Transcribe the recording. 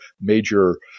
major